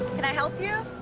and i help you?